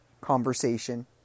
conversation